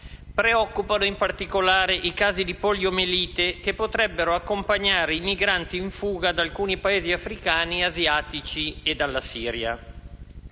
Preoccupano, in particolare, i casi di poliomielite che potrebbero accompagnare i migranti in fuga da alcuni Paesi africani, asiatici e dalla Siria.